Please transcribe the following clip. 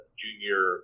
junior